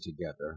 together